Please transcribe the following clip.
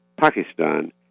Pakistan